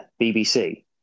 BBC